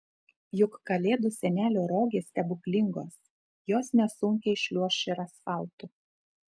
juk kalėdų senelio rogės stebuklingos jos nesunkiai šliuoš ir asfaltu